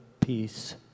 peace